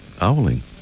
Owling